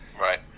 Right